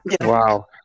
Wow